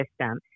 system